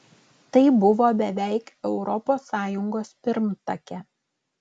tai buvo beveik europos sąjungos pirmtakė